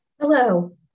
Hello